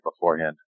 beforehand